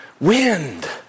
wind